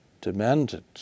demanded